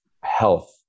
health